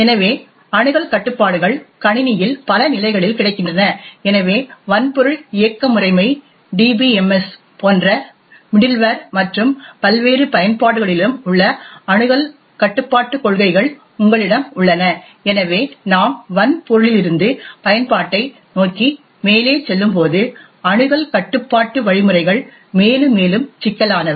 எனவே அணுகல் கட்டுப்பாடுகள் கணினியில் பல நிலைகளில் கிடைக்கின்றன எனவே வன்பொருள் இயக்க முறைமை டிபிஎம்எஸ் போன்ற மிடில்வேர் மற்றும் பல்வேறு பயன்பாடுகளிலும் உள்ள அணுகல் கட்டுப்பாட்டுக் கொள்கைகள் உங்களிடம் உள்ளன எனவே நாம் வன்பொருளிலிருந்து பயன்பாட்டை நோக்கி மேலே செல்லும்போது அணுகல் கட்டுப்பாட்டு வழிமுறைகள் மேலும் மேலும் சிக்கலானவை